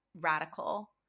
radical